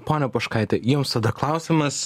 ponia poškaite jums tada klausimas